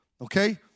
Okay